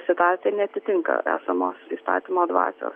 situacija neatitinka esamos įstatymo dvasios